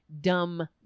dumb